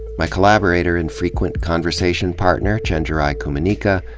my collaborator and frequent conversation partner, chenjerai kumanyika,